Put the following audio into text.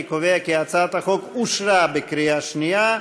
אני קובע כי הצעת החוק אושרה בקריאה שנייה,